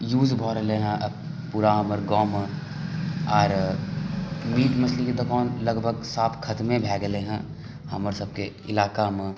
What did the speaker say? use भऽ रहलै हेँ पूरा हमर गाँवमे आर मीट मछलीके दोकान लगभग साफ खत्मे भए गेलै हेँ हमरसभके इलाकामे